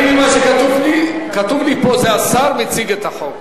אני, לפי מה שכתוב לי פה, השר מציג את החוק.